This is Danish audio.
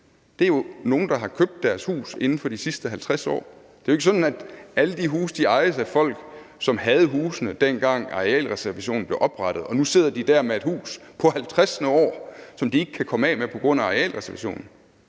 jo er nogle, der har købt deres hus inden for de sidste 50 år. Det er jo ikke sådan, at alle de huse ejes af folk, som havde husene, dengang arealreservationen blev oprettet, og nu sidder der med et hus på 50. år, som de ikke kan komme af med på grund af arealreservationen.